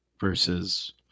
versus